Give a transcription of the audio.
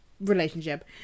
relationship